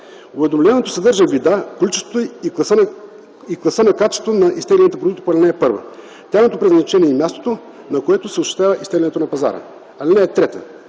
Уведомлението съдържа вида, количеството и класа на качество на изтегляните продукти по ал. 1, тяхното предназначение и мястото, на което се осъществява изтеглянето от пазара. (3)